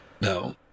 No